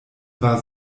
war